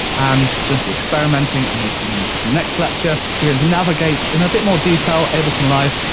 and just experimenting and making music. in the next lecture, we're going to navigate in a bit more detail, ableton live,